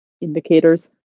Indicators